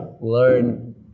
learn